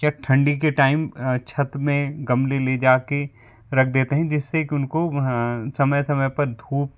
ठंडी के टाइम छत में गमले ले जाकर रख देते हैं जिससे कि उनको समय समय पर धूप